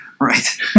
Right